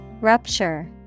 Rupture